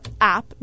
app